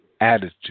attitude